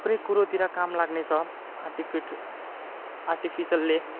थुप्रै कुरोतिर काम लाग्ने छ आर्टिफिट आर्टिफिसियलले